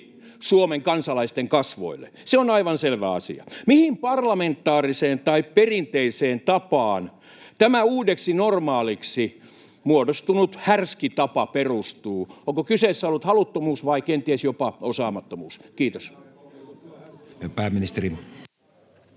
Suomen kansalaisten kasvoille. Se on aivan selvä asia. Mihin parlamentaariseen tai perinteiseen tapaan tämä uudeksi normaaliksi muodostunut härski tapa perustuu? Onko kyseessä ollut haluttomuus vai kenties jopa osaamattomuus? — Kiitos.